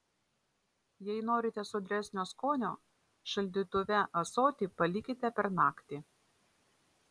jei norite sodresnio skonio šaldytuve ąsotį palikite per naktį